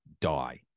die